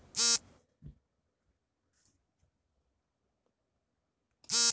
E commerce ನಿಂದ ನಾನು ಹೆಚ್ಚು ಗ್ರಾಹಕರನ್ನು ತಲುಪಬಹುದೇ ಮತ್ತು ಅಧಿಕ ಲಾಭಗಳಿಸಬಹುದೇ?